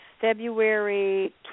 February